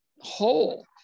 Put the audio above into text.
whole